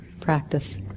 practice